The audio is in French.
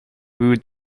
rue